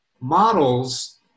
models